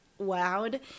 wowed